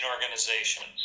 organizations